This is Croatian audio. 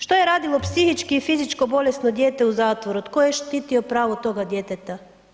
Što je radilo psihičko i fizičko bolesno dijete u zatvoru, tko je štitio pravo toga djeteta?